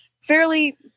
fairly